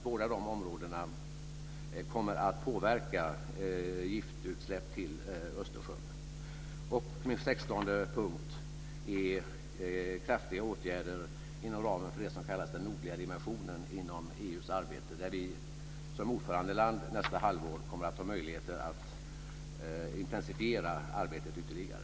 Båda de områdena kommer att påverka giftutsläpp till Min nästa punkt handlar om kraftiga åtgärder inom ramen för det som kallas den nordliga dimensionen inom EU:s arbete. Vi kommer som ordförandeland nästa halvår att ha möjligheter att intensifiera arbetet ytterligare.